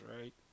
right